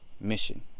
mission